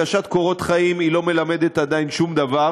הגשת קורות חיים לא מלמדת עדיין שום דבר,